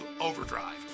overdrive